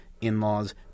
in-laws